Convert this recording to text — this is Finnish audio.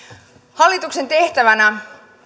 hallituksen tehtävänä